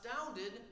astounded